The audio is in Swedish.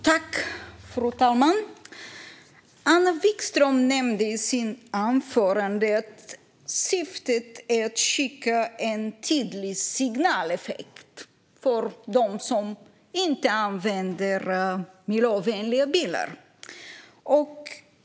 Fru talman! Anna Vikström nämnde i sitt anförande att syftet är att ge en tydlig signaleffekt för dem som inte använder miljövänliga bilar.